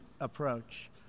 approach